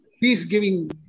peace-giving